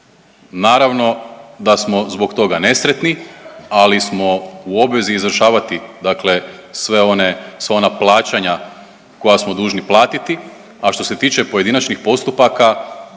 Naravno da smo zbog toga nesretni, ali smo u obvezi izvršavati dakle sva ona plaćanja koja smo dužni platiti. A što se tiče pojedinačnih postupaka